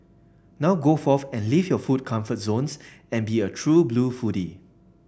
now go forth and leave your food comfort zones and be a true blue foodie